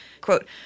quote